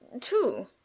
two